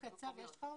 חביב קצב, יש לך אותו?